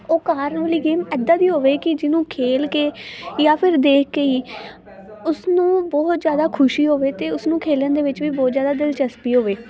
ਉਹ ਕਾਰ ਵਾਲੀ ਗੇਮ ਇੱਦਾਂ ਦੀ ਹੋਵੇ ਕਿ ਜਿਹਨੂੰ ਖੇਲ ਕੇ ਜਾਂ ਫਿਰ ਦੇਖ ਕੇ ਹੀ ਉਸਨੂੰ ਬਹੁਤ ਜ਼ਿਆਦਾ ਖੁਸ਼ੀ ਹੋਵੇ ਅਤੇ ਉਸਨੂੰ ਖੇਲਣ ਦੇ ਵਿੱਚ ਵੀ ਬਹੁਤ ਜ਼ਿਆਦਾ ਦਿਲਚਸਪੀ ਹੋਵੇ